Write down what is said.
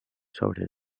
sobre